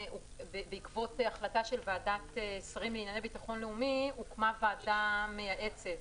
בעקבות החלטה של ועדת שרים לענייני ביטחון לאומי הוקמה ועדה מייעצת